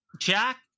Jack